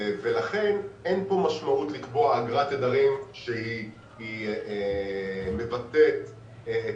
ולכן אין כאן משמעות לקבוע אגרת תדרים שהיא מבטאת את